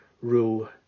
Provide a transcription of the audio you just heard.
rule